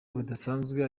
budasanzwe